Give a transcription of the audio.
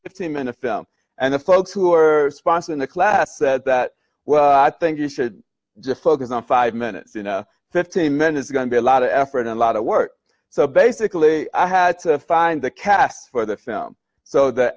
fifteen minute film and the folks who are sponsoring the class that well i think you should just focus on five minutes you know fifteen minutes going to be a lot of effort a lot of work so basically i had to find the cast for the film so the